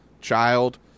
child